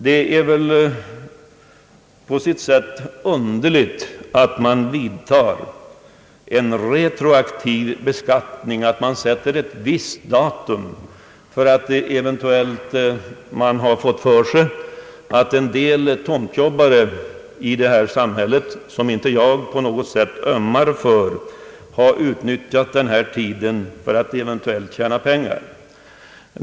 Det är väl på sitt sätt underligt att man för in en retroaktiv beskattning, att man sätter ett visst datum därför att man eventuellt har fått för sig att en del tomtjobbare — som jag inte på något sätt ömmar för — har utnyttjat tiden för att eventuellt tjäna pengar.